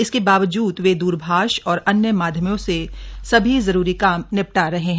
इसके बावजूद वे दूरभाष और अन्य माध्यमों से सभी जरूरी काम निपटा रहे हैं